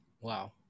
Wow